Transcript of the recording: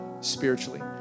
spiritually